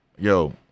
yo